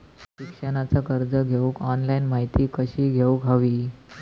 शिक्षणाचा कर्ज घेऊक ऑनलाइन माहिती कशी घेऊक हवी?